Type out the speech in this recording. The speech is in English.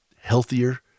healthier